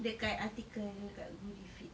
dekat article kat goodie feed